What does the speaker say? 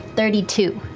thirty two.